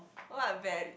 what val~